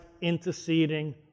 interceding